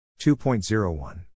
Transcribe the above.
2.01